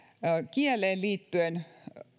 kieleen liittyen